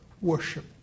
worship